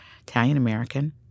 Italian-American